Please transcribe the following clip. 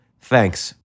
Thanks